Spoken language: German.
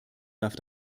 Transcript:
darf